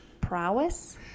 Prowess